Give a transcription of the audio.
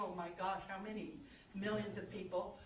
my gosh, how many millions of people.